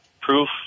proof